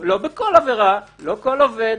לא בכל עבירה, לא כל עובד